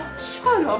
swear